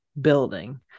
building